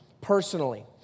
personally